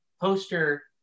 poster